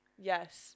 Yes